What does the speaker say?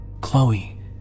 Chloe